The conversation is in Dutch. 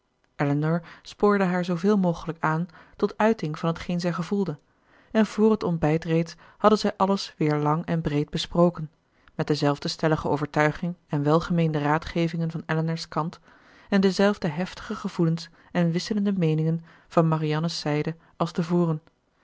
elinor spoorde haar zooveel mogelijk aan tot uiting van t geen zij gevoelde en vr het ontbijt reeds hadden zij alles weer lang en breed besproken met dezelfde stellige overtuiging en welgemeende raadgevingen van elinor's kant en dezelfde heftige gevoelens en wisselende meeningen van marianne's zijde als te voren